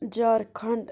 Jharkhand